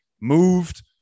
moved